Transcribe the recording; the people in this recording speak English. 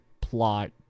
plot